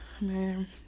man